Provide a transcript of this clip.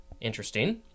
interesting